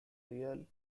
real